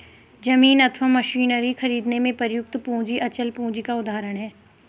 जमीन अथवा मशीनरी खरीदने में प्रयुक्त पूंजी अचल पूंजी का उदाहरण है